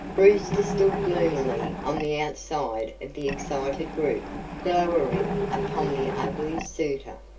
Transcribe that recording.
brewster stood gloomily on the outside of the excited group glowering upon the ugly suitor.